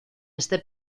este